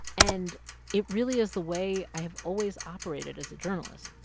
and it really is the way i have always operated as a journalist